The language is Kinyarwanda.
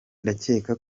ndakeka